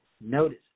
Notice